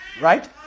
right